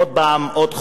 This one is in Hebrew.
עוד פעם עוד חוק.